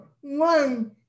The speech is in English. one